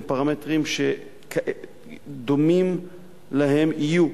הם פרמטרים שדומים להם יהיו,